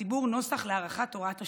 הציבור נוסח להארכת הוראת השעה,